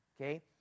okay